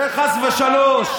זה חס ושלוש.